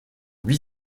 huit